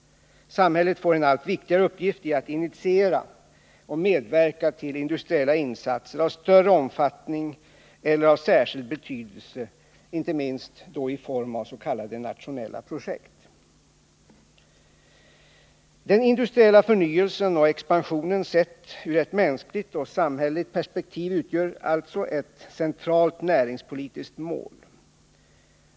Samhället får en allt viktigare uppgift i att initiera och medverka till industriella insatser av större omfattning eller av särskild betydelse, inte minst i form av s.k. nationella projekt. Den industriella förnyelsen och expansionen sett ur ett mänskligt och samhälleligt perspektiv utgör alltså ett centralt näringspolitiskt mål.